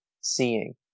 seeing